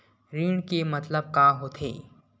ऋण के मतलब का होथे?